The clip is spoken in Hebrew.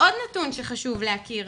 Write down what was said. עוד נתון שחשוב להכיר,